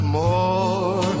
more